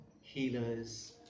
healers